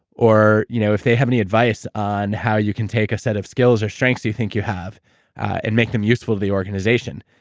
or, you know if they have any advice on how you can take a set of skills or strengths you think you have and make them useful to the organization.